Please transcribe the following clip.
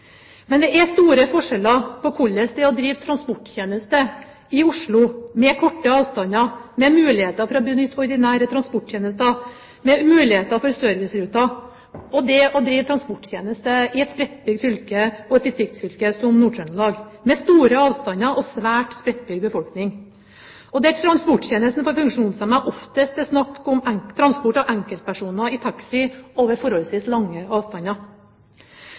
Men det er store forskjeller på hvordan det er å drive transporttjeneste i Oslo, med korte avstander, med muligheter for å benytte ordinære transporttjenester, med muligheter for serviceruter, og det å drive transporttjeneste i et spredtbygd fylke og et distriktsfylke som Nord-Trøndelag, med store avstander og svært spredt befolkning, og der transporttjenesten for funksjonshemmede oftest består i transport av enkeltpersoner i taxi over forholdsvis lange avstander.